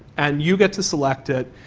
and you get to select it,